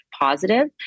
positive